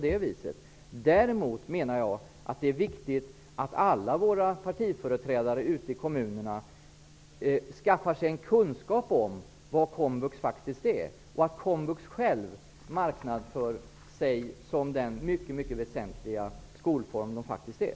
Däremot menar jag att det är viktigt att alla våra partiföreträdare ute i kommunerna skaffar sig en kunskap om vad komvux faktiskt är och att komvux själv marknadsför sig som den mycket väsentliga skolform den faktiskt är.